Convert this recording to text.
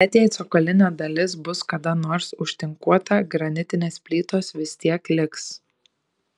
net jei cokolinė dalis bus kada nors užtinkuota granitinės plytos vis tiek liks